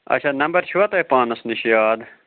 اَچھا نَمبَر چھُوا تۄہہِ پانَس نِش یاد